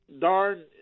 darn